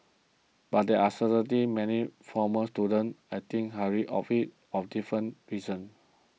but there are certainly many former students I think highly of of different reasons